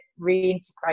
reintegrate